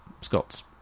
Scots